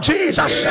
Jesus